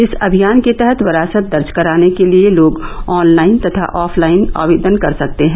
इस अमियान के तहत वरासत दर्ज कराने के लिए लोग ऑनलाइन तथा ऑफलाइन आवेदन कर सकते हैं